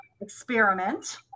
experiment